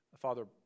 Father